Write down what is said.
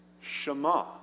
Shema